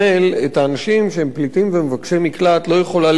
את האנשים שהם פליטים ומבקשי מקלט לא יכולה לגרש,